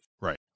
right